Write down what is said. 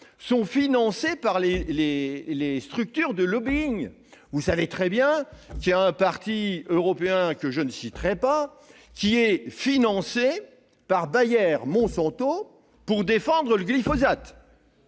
sont financés par les structures de lobbying et que, par exemple, un parti européen que je ne citerai pas est financé par Bayer-Monsanto pour défendre le glyphosate